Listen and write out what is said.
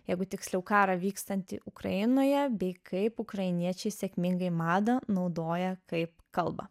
jeigu tiksliau karą vykstantį ukrainoje bei kaip ukrainiečiai sėkmingai madą naudoja kaip kalba